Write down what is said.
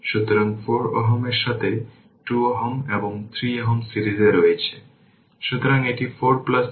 সুতরাং পরবর্তীতে ক্যাপাসিটর এবং ইন্ডাক্টর এ আসি